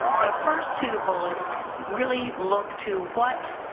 the first two bullets really look to what